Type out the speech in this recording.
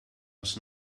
was